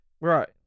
Right